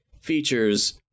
features